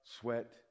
sweat